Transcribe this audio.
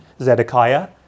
Zedekiah